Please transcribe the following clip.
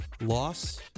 loss